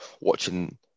watching